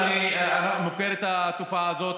מוכרת התופעה הזאת,